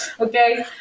Okay